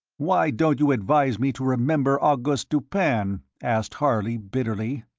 why don't you advise me to remember auguste dupin? asked harley, bitterly.